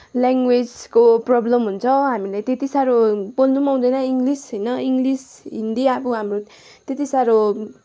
ल्याङ्गवेजको problem हुन्छ हामीलाई त्यति साह्रो बोल्नु पनि आउँदैन इङ्गलिस होइन इङ्गलिस हिन्दी अब हाम्रो त्यति साह्रो